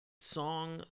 song